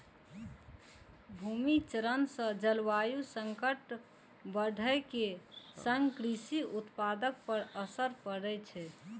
भूमि क्षरण सं जलवायु संकट बढ़ै के संग कृषि उत्पादकता पर असर पड़ै छै